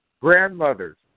grandmothers